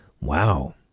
Wow